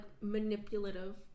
manipulative